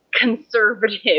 conservative